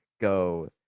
go